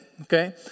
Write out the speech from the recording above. okay